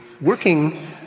working